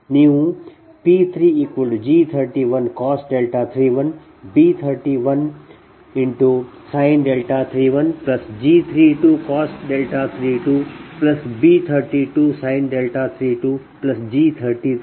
ಆದ್ದರಿಂದ ಮುಂದಿನದು ನಿಮ್ಮ i 3 ನೀವು P3G31cos 31 B31sin 31 G32cos 32 B32sin 32 G33 ಪಡೆಯಿರಿ